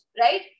right